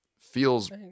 feels